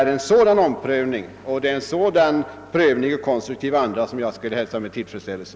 En sådan omprövning i konstruktiv anda skulle jag hälsa med tillfredsställelse.